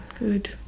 Good